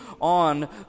on